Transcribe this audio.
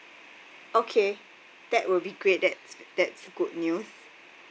okay that will be great that's that's good news